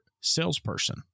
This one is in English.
salesperson